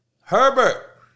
Herbert